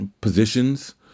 positions